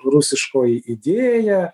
rusiškoji idėja